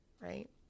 Right